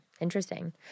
interesting